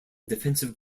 defensive